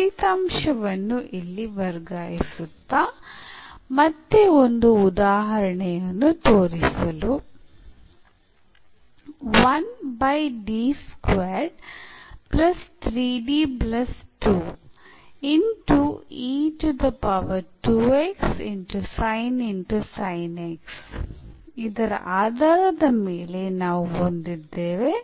ಫಲಿತಾಂಶವನ್ನು ಇಲ್ಲಿ ವರ್ಗಾಯಿಸುತ್ತಾ ಮತ್ತೆ ಒಂದು ಉದಾಹರಣೆಯನ್ನು ತೋರಿಸಲು ಇದರ ಆಧಾರದ ಮೇಲೆ ನಾವು ಹೊಂದಿದ್ದೇವೆ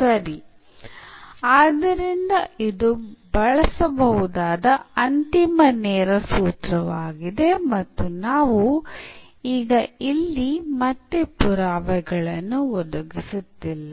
ಸರಿ ಆದ್ದರಿಂದ ಇದು ಬಳಸಬಹುದಾದ ಅಂತಿಮ ನೇರ ಸೂತ್ರವಾಗಿದೆ ಮತ್ತು ನಾವು ಈಗ ಇಲ್ಲಿ ಮತ್ತೆ ಪುರಾವೆಗಳನ್ನು ಒದಗಿಸುತ್ತಿಲ್ಲ